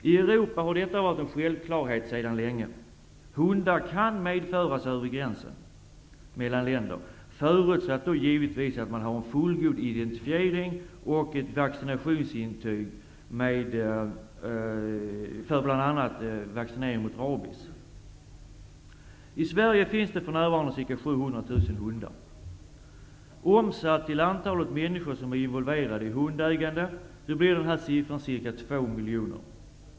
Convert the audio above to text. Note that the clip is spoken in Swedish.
I Europa har detta varit en självklarhet sedan länge. Hundar kan medföras över gränser mellan länder, givetvis förutsatt att de har en fullgod identifiering och ett vaccinationsintyg för bl.a. rabies. I Sverige finns det för närvarande ca 700 000 hundar. Omsatt till antalet människor som är involverade i hundägande, blir motsvarande siffra ca två miljoner.